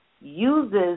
uses